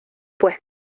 pues